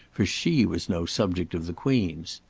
for she was no subject of the queen's.